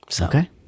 Okay